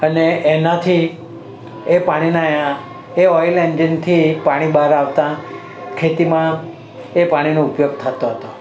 અને એનાથી એ પાણીનાં એ ઓઇલ એન્જિનથી પાણી બહાર આવતાં ખેતીમાં એ પાણીનો ઉપયોગ થતો હતો